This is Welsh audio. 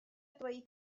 dweud